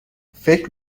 فکر